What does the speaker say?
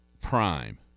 prime